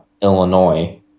Illinois